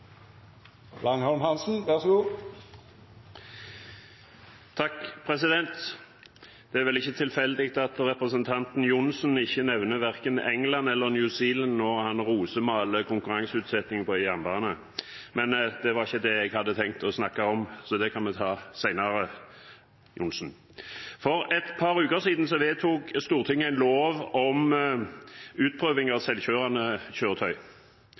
Det er vel ikke tilfeldig at representanten Johnsen ikke nevner verken England eller New Zealand når han rosemaler konkurranseutsetting på jernbane. Men det var ikke det jeg hadde tenkt å snakke om, så det kan vi ta senere. For et par uker siden vedtok Stortinget en lov om utprøving av selvkjørende kjøretøy,